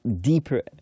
deeper